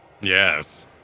Yes